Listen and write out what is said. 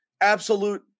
Absolute